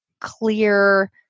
clear